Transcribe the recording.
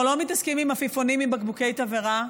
לא מתעסקים עם עפיפונים עם בקבוקי תבערה,